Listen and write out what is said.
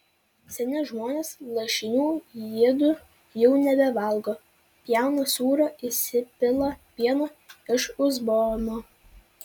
seni žmonės lašinių jiedu jau nebevalgo pjauna sūrio įsipila pieno iš uzbono